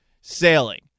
sailing